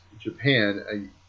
Japan